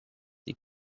die